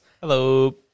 Hello